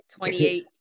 28